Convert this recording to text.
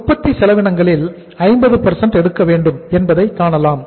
உற்பத்தி செலவினங்களில் 50 எடுக்க வேண்டும் என்பதை காணலாம்